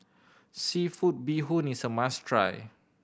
seafood bee hoon is a must try